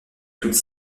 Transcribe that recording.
toute